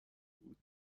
بود